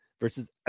Versus